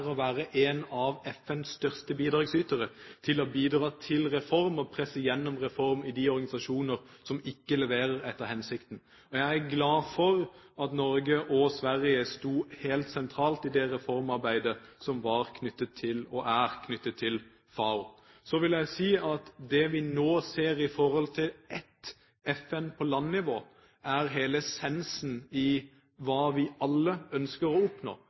å være én av FNs største bidragsytere, til å bidra til reformer og å presse gjennom reformer i de organisasjoner som ikke leverer etter hensikten. Jeg er glad for at Norge og Sverige sto helt sentralt i reformarbeidet som var og er knyttet til FAO. Så vil jeg si at det vi nå ser i forhold til et FN på landnivå, er hele essensen i hva vi alle ønsker å oppnå,